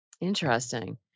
Interesting